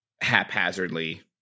haphazardly